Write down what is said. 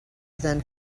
than